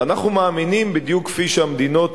ואנחנו מאמינים, בדיוק כפי שהמדינות